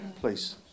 Please